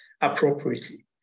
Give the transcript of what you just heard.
appropriately